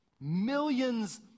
Millions